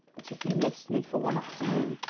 but, if you missed me for one afternoon,